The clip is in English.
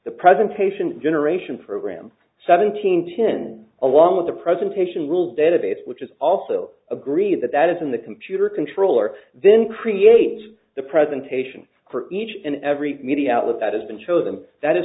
the presentation generation program seventeen ten along with the presentation rule database which is also agree that that is in the computer controller then create the presentation for each and every media outlet that has been chosen that is